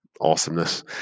awesomeness